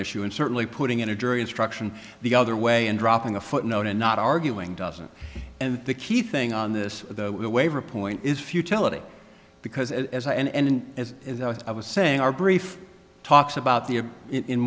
issue and certainly putting in a jury instruction the other way and dropping a footnote and not arguing doesn't and the key thing on this waiver point is futility because as i and as i was saying our brief talks about the i